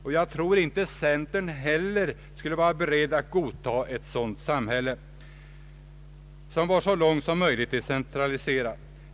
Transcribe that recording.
Och jag tror inte heller att centern skulle vara beredd att godta ett samhälle som var så långt som möjligt decentraliserat.